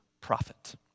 prophet